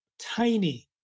tiny